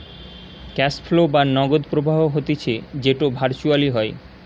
cash flow বা নগদ প্রবাহ হতিছে যেটো ভার্চুয়ালি হয়